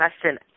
question